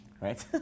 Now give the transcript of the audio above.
right